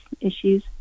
issues